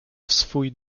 swój